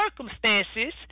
circumstances